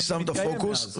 שמת פוקוס,